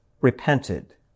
repented